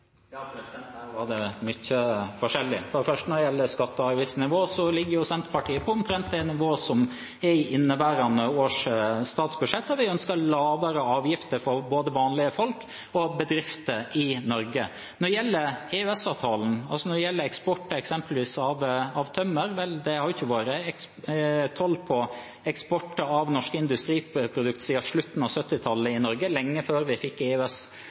Her var det mye forskjellig. Når det gjelder skatte- og avgiftsnivå, ligger Senterpartiet på omtrent det nivået som er i inneværende års statsbudsjett. Vi ønsker lavere avgifter for både vanlige folk og bedrifter i Norge. Når det gjelder EØS-avtalen, altså når det gjelder eksport eksempelvis av tømmer – vel, det har ikke vært toll på eksport av norske industriprodukter siden slutten av 1970-tallet i Norge, lenge før vi fikk EØS.